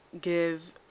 give